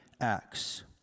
acts